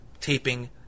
taping